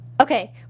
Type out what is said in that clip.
Okay